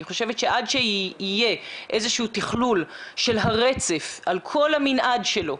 אני חושבת שעד שיהיה איזשהו תכלול של הרצף על כל המנעד שלו,